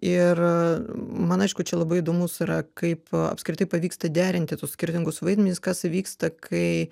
ir man aišku čia labai įdomus yra kaip apskritai pavyksta derinti tuos skirtingus vaidmenis kas įvyksta kai